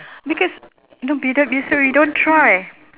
because no it's uh we don't try